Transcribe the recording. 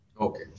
Okay